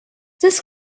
this